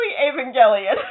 Evangelion